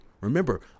Remember